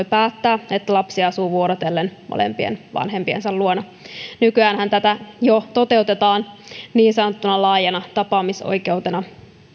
päättää että lapsi asuu vuorotellen molempien vanhempiensa luona nykyäänhän tätä jo toteutetaan niin sanottuna laajana tapaamisoikeutena